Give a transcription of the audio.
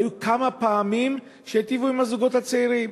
היו כמה פעמים שהיטיבו עם הזוגות הצעירים.